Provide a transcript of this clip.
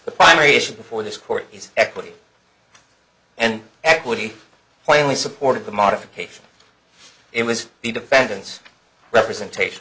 the primary issue before this court is equity and equity plainly supported the modification it was the defendant's representation